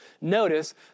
Notice